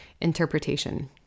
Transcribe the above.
interpretation